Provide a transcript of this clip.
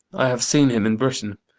i have seen him in britain.